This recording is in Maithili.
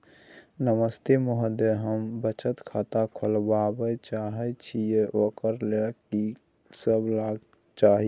नमस्ते महोदय, हम बचत खाता खोलवाबै चाहे छिये, ओकर लेल की सब चाही?